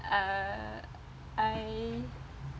uh I